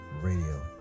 Radio